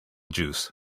juice